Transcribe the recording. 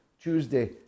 Tuesday